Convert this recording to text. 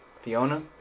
Fiona